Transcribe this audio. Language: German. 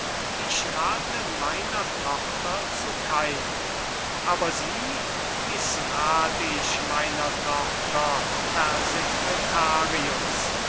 ich rathe meiner tochter zu keinem aber sie mißrath ich meiner tochter herr secretarius